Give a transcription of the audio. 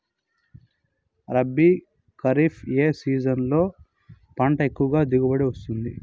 రబీ, ఖరీఫ్ ఏ సీజన్లలో పంట ఎక్కువగా దిగుబడి వస్తుంది